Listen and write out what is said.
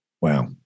Wow